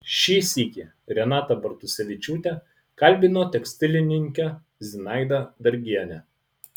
šį sykį renata bartusevičiūtė kalbino tekstilininkę zinaidą dargienę